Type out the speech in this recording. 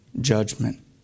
judgment